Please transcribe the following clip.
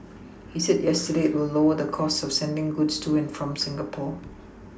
he said yesterday it will lower the costs of sending goods to and from Singapore